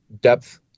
depth